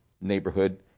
neighborhood